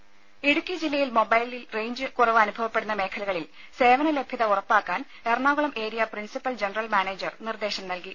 രുമ ഇടുക്കി ജില്ലയിൽ മൊബൈൽ റേഞ്ചിൽ കുറവ് അനുഭവപ്പെടുന്ന മേഖലകളിൽ സേവന ലഭ്യത ഉറപ്പാക്കാൻ Ernakulam area principal general manager നിർദ്ദേശം നൽകി